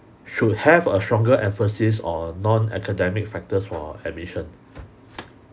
should have a stronger emphasis on non-academic factors for admission